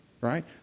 Right